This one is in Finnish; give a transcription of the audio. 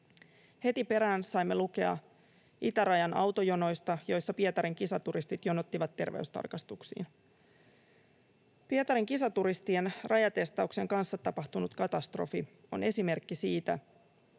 Heti perään saimme lukea itärajan autojonoista, joissa Pietarin kisaturistit jonottivat terveystarkastuksiin. Pietarin kisaturistien rajatestauksen kanssa tapahtunut katastrofi on esimerkki siitä,